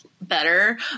better